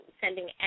sending